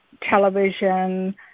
television